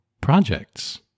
projects